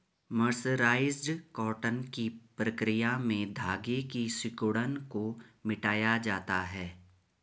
mercerised cotton की प्रक्रिया में धागे की सिकुड़न को मिटाया जाता है